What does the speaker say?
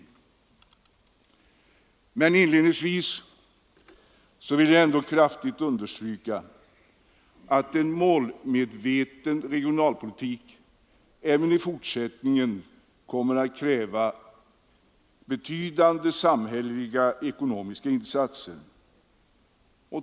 Men inledningsvis vill jag ändå kraftigt understryka att en målmedveten regionalpolitik även i fortsättningen kommer att kräva betydande samhälleliga ekonomiska insatser.